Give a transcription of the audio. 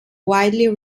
widely